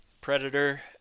predator